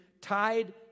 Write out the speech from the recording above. tied